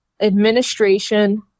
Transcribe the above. administration